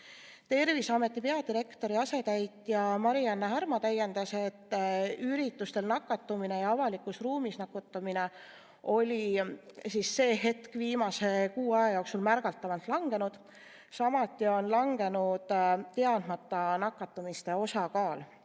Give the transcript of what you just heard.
Terviseameti peadirektori asetäitja Mari‑Anne Härma täiendas, et üritustel ja mujal avalikus ruumis nakatumine on viimase kuu aja jooksul märgatavalt langenud, samuti on langenud teadmata nakatumiste osakaal.